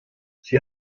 sie